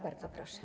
Bardzo proszę.